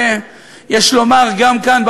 שיש לומר גם כאן,